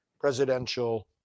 presidential